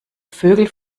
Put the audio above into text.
vögel